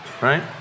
right